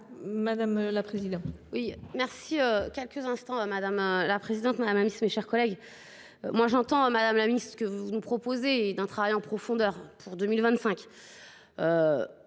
madame la présidente.